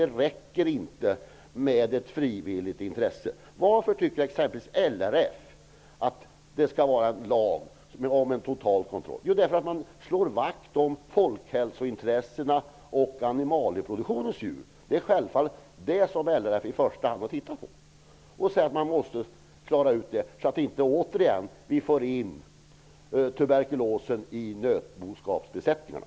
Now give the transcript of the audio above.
Det räcker inte med ett frivilligt system. Varför tycker exempelvis LRF att det skall införas en lag om total kontroll? Jo, man slår vakt om folkhälsointresset och om animalieproduktionens djur. Det är självfallet det som LRF i första hand tittar på. Man måste klara ut detta, så att tuberkulosen inte återigen drabbar nötboskapsbesättningarna.